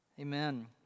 Amen